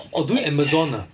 oh doing amazon ah